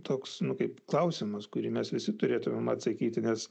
toks nu kaip klausimas kurį mes visi turėtumėm atsakyti nes